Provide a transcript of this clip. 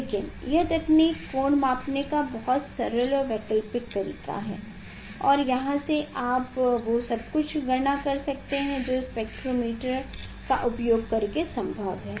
लेकिन यह तकनीक कोण मापने का बहुत सरल और वैकल्पिक तकनीक है और यहाँ से आप वो सबकुछ गणना कर सकते हैं जो स्पेक्ट्रोमीटर का उपयोग करके संभव है